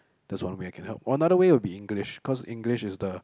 that's one way I can help or another way would be English cause English is the